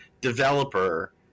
developer